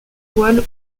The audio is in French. voile